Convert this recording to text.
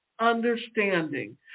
understanding